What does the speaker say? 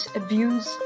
abuse